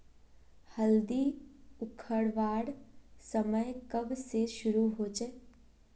हल्दी उखरवार समय कब से शुरू होचए?